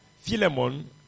Philemon